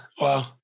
wow